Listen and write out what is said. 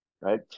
right